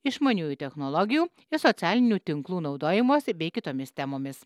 išmaniųjų technologijų ir socialinių tinklų naudojimosi bei kitomis temomis